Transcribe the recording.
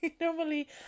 Normally